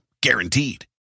Guaranteed